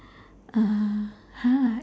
uh !huh!